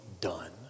done